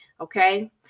okay